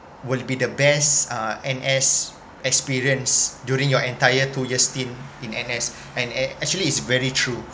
will be the best uh N_S experience during your entire two years stint in N_S and ac~ actually it's very true